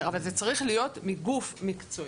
אבל זה צריך להיות על ידי גוף מקצועי.